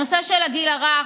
הנושא של הגיל הרך,